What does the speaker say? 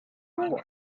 war